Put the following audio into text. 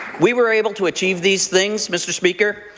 we were able to achieve these things, mr. speaker,